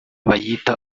bayita